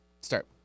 start